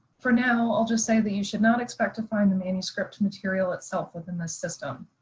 for now i'll just say that you should not expect to find the manuscript material itself within this system.